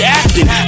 acting